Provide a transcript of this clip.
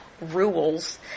rules